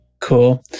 Cool